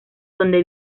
donde